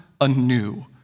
anew